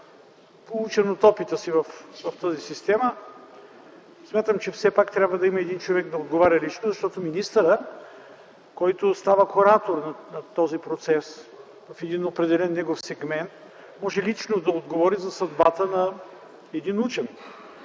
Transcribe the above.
Поучен от опита си в тази система смятам, че все пак трябва да има един човек, който да отговаря лично, защото министърът, който става хоратор на този процес в един определен негов сегмент, може лично да отговаря за съдбата на един учен.